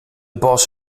bas